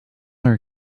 our